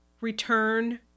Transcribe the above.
return